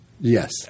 Yes